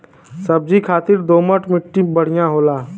सब्जी खातिर दोमट मट्टी बढ़िया होला